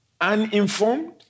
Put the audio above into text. Uninformed